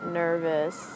nervous